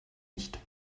nicht